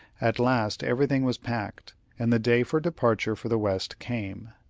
at last everything was packed, and the day for departure for the west came.